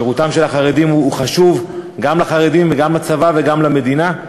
שירותם של החרדים הוא חשוב גם לחרדים וגם לצבא וגם למדינה,